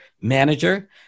manager